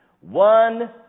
one